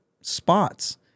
spots